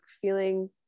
feeling